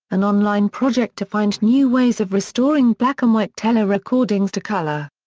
an online project to find new ways of restoring black-and-white telerecordings to colour.